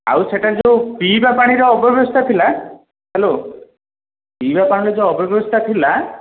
ଆଉ ସେ ସେଇଟା ଯେଉଁ ପିଇବା ପାଣିର ଅବ୍ୟବସ୍ଥା ଥିଲା ହ୍ୟାଲୋ ପିଇବା ପାଣିର ଯେଉଁ ଅବ୍ୟବସ୍ଥା ଥିଲା